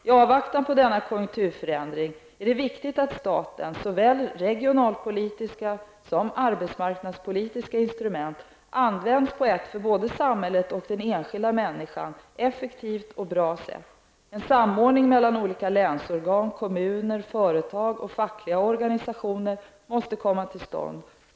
I avvaktan på denna konjunkturförändring är det viktigt att statens såväl regionalpolitiska som arbetsmarknadspolitiska instrument används på ett för både samhället och den enskilda människan effektivt och bra sätt. En samordning mellan olika länsorgan, kommuner, företag och fackliga organisationer måste komma till stånd.